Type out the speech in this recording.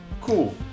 cool